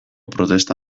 protesta